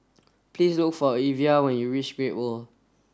please look for Evia when you reach Great World